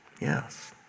Yes